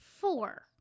Four